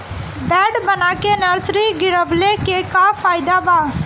Bed बना के nursery गिरवले के का फायदा बा?